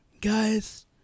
guys